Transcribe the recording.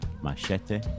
Machete